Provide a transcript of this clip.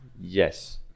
Yes